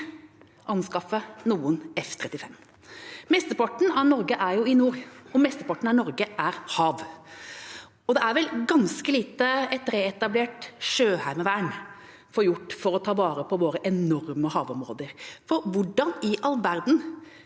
anskaffe noen F-35. Mesteparten av Norge er i nord, og mesteparten av Norge er hav. Det er gjort ganske lite for å reetablere sjøheimevernet for å ta vare på våre enorme havområder. Hvordan i all verden